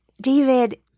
David